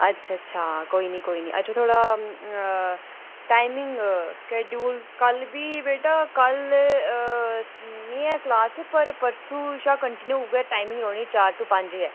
अच्छा अच्छा कोई नी कोई नी अच्छा थोआड़ा टाइमिंग शैडयूल कल बी बेटा कल नी ऐ क्लास पर परसूं शा कान्टीन्यू उ'ऐ टाइमिंग रौह्नी चार टू पंज गै